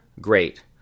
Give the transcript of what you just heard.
Great